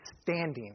standing